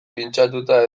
pintxatuta